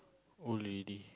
old lady